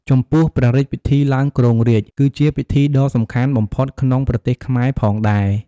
ចំពោះព្រះរាជពិធីឡើងគ្រងរាជ្យ គឺជាពិធីដ៏សំខាន់បំផុតក្នុងប្រទេសខ្មែរផងដែរ ។